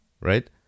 Right